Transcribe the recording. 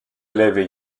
élèves